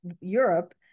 Europe